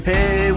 Hey